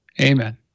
amen